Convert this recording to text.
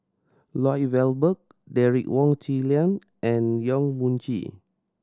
Lloyd Valberg Derek Wong Zi Liang and Yong Mun Chee